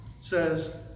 says